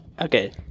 Okay